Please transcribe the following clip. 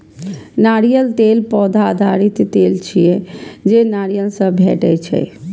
नारियल तेल पौधा आधारित तेल छियै, जे नारियल सं भेटै छै